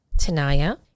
Tanaya